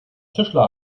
tischler